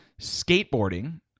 Skateboarding